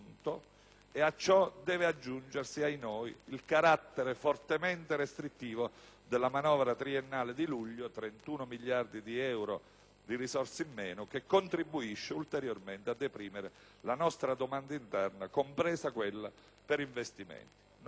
e a ciò deve aggiungersi - ahinoi - il carattere fortemente restrittivo della manovra triennale di luglio (31 miliardi di euro di risorse in meno), che contribuisce ulteriormente a deprimere la nostra domanda interna, compresa quella per gli investimenti.